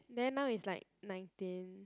then now is like nineteen